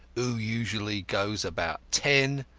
who usually goes about ten,